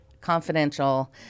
confidential